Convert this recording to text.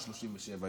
השלושים-ושבע,